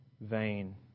vain